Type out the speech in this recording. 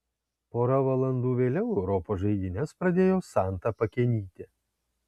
pora valandų vėliau europos žaidynes pradėjo santa pakenytė